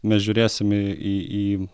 mes žiūrėsim į į į